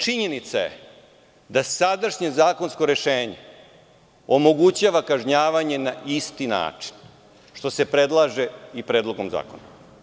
Činjenica je da sadašnje zakonsko rešenje omogućava kažnjavanje na isti način, što se predlaže i predlogom zakona.